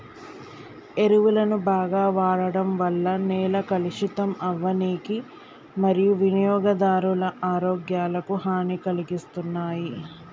ఎరువులను బాగ వాడడం వల్ల నేల కలుషితం అవ్వనీకి మరియూ వినియోగదారుల ఆరోగ్యాలకు హనీ కలిగిస్తున్నాయి